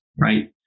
right